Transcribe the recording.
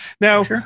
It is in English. Now